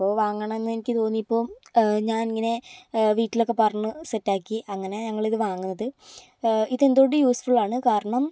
അപ്പോൾ വാങ്ങണമെന്ന് എനിക്ക് തോന്നിയപ്പോൾ ഞാൻ ഇങ്ങനെ വീട്ടിലൊക്കെ പറഞ്ഞു സെറ്റാക്കി അങ്ങനെ ഞങ്ങൾ ഇത് വാങ്ങുന്നത് ഇതെന്തു കൊണ്ടും യൂസ്ഫുള്ളാണ് കാരണം